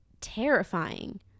terrifying